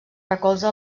recolza